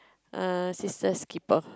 err sisters keeper